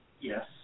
yes